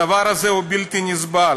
הדבר הזה הוא בלתי נסבל.